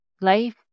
Life